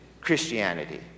Christianity